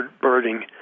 birding